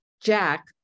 Jack